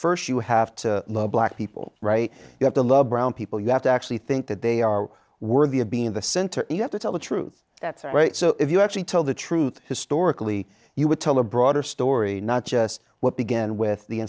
first you have to love black people you have to love brown people you have to actually think that they are worthy of being in the center you have to tell the truth that's right so if you actually told the truth historically you would tell a broader story not just what began with the